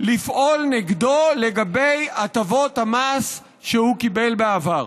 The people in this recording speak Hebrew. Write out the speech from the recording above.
לפעול נגדו לגבי הטבות המס שהוא קיבל בעבר.